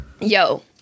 Yo